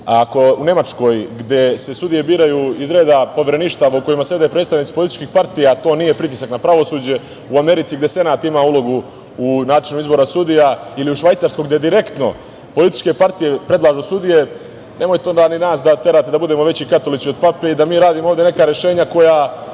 ako u Nemačkoj gde se sudije biraju iz reda poverništava, u kojima sede predstavnici političkih partija, to nije pritisak na pravosuđe.U Americi gde senat ima ulogu u načinu izboru sudija ili u Švajcarskoj, gde direktno političke partije predlažu sudije, nemojte ni nas da terate da budemo veći katolici od Pape i da mi ovde radimo neka rešenja koja